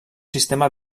sistema